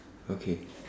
okay